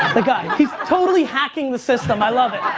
i got it. he's totally hacking the system. i love it.